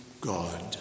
God